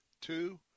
Two